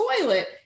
toilet